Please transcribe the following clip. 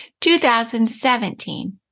2017